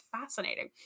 fascinating